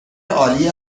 عالی